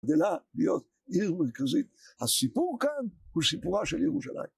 גדלה להיות עיר מרכזית, הסיפור כאן הוא סיפורה של ירושלים.